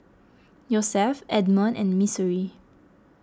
Yosef Edmon and Missouri